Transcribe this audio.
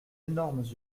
énormes